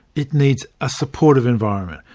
it needs a supportive environment,